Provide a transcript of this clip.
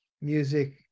music